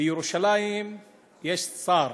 לירושלים יש שר,